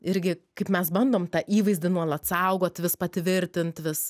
irgi kaip mes bandom tą įvaizdį nuolat saugot vis patvirtint vis